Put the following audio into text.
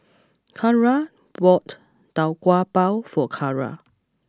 Kyara bought Tau Kwa Pau for Kyara